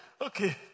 Okay